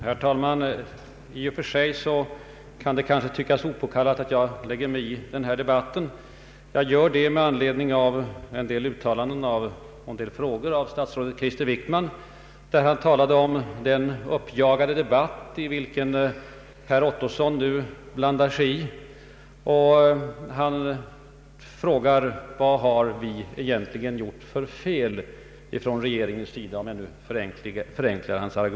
Herr talman! I och för sig kan det kanske tyckas opåkallat att jag lägger mig i debatten. Jag gör det med anledning av en del uttalanden och frågor av statsrådet Wickman. Han talade om en ”uppjagad debatt” som herr Ottosson inte borde ha blandat sig i. Han frågade: Vad har vi egentligen gjort för fel från regeringens sida?